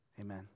Amen